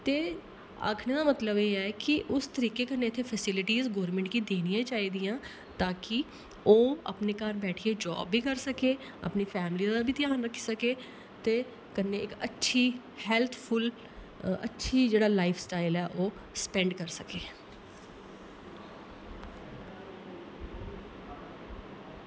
ते आक्खने दा मतलब एह् ऐ कि उस तरीके कन्नै इत्थैं फेस्लिटिस गोरमैंट कि देनियां चाहिदियां ताकि ओह् अपने घर बैठियै जाब बी कर सके अपनी फैमिली दा बी ध्यान रक्खी सके ते कन्नै इक अच्छी हैल्थफुल अच्छा जेह्ड़ा लाइफस्टाईल ऐ ओह् स्पैंड कर सके